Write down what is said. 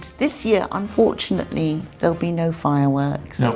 this year, unfortunately, there'll be no fireworks. no.